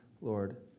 Lord